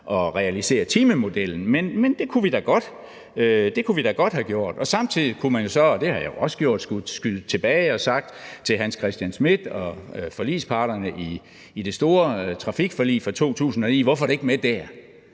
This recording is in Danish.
at realisere timemodellen, men det kunne vi da godt have gjort, og samtidig kunne man jo så – og det har jeg også gjort – have skudt tilbage og spurgt Hans Christian Schmidt og forligsparterne i det store trafikforlig fra 2009, hvorfor det ikke var med der.